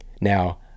Now